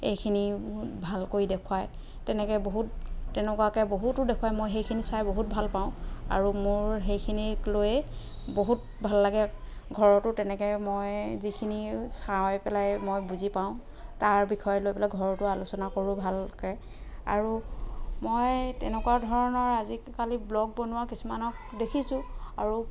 এইখিনি ভালকৈ দেখুৱাই তেনেকৈ বহুত তেনেকুৱাকৈ বহুতো দেখুৱাই মই সেইখিনি চাই বহুত ভাল পাওঁ আৰু মোৰ সেইখিনিক লৈয়ে বহুত ভাল লাগে ঘৰতো তেনেকৈ মই যিখিনি চাই পেলাই মই বুজি পাওঁ তাৰ বিষয় লৈ পেলাই ঘৰতো আলোচনা কৰোঁ ভালকৈ আৰু মই তেনেকুৱা ধৰণৰ আজিকালি ব্ল'গ বনোৱা কিছুমানক দেখিছোঁ আৰু